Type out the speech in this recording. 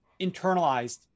internalized